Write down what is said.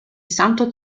santo